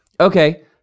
okay